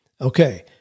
Okay